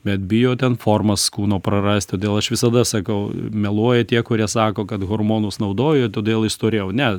bet bijo ten formas kūno prarast todėl aš visada sakau meluoja tie kurie sako kad hormonus naudoju todėl išstorėjau ne